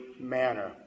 manner